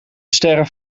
sterren